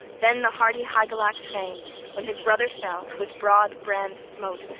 then the hardy hygelac-thane, when his brother fell, with broad brand smote,